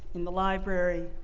in the library,